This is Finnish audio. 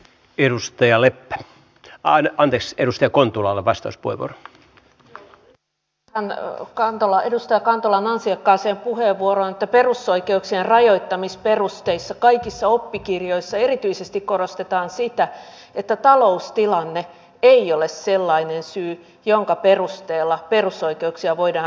edustaja leppä ain andress edustaja kontulallevastus puvut lisäisin tähän edustaja kantolan ansiokkaaseen puheenvuoroon että perusoikeuksien rajoittamisperusteissa kaikissa oppikirjoissa erityisesti korostetaan sitä että taloustilanne ei ole sellainen syy jonka perusteella perusoikeuksia voidaan rajoittaa